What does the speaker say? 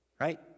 Right